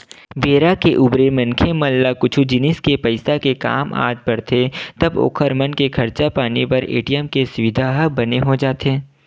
बेरा के उबेरा मनखे मन ला कुछु जिनिस के पइसा के काम आ पड़थे तब ओखर मन के खरचा पानी बर ए.टी.एम के सुबिधा ह बने हो जाथे